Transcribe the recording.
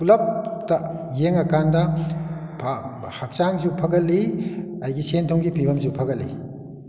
ꯄꯨꯜꯂꯞꯇ ꯌꯦꯡꯉꯀꯥꯟꯗ ꯍꯛꯆꯥꯡꯁꯨ ꯐꯒꯠꯂꯤ ꯑꯩꯒꯤ ꯁꯦꯟꯊꯨꯝꯒꯤ ꯐꯤꯕꯝꯁꯨ ꯐꯒꯠꯂꯤ